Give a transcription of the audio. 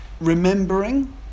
remembering